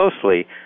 closely